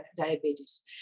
diabetes